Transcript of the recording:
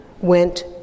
went